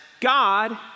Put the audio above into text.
God